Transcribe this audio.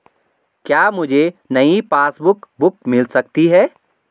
क्या मुझे नयी पासबुक बुक मिल सकती है?